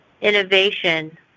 innovation